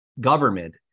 government